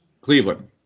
Cleveland